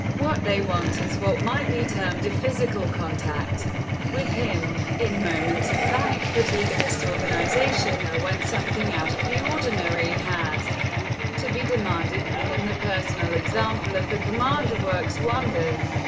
what they want is what might be termed a physical contact with him. in moments of panic, fatigue, or disorganization, or when something out of the ordinary has to be demanded from them, the personal example of the commander works wonders,